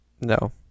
No